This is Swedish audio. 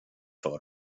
för